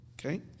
okay